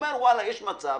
הוא אומר: יש מצב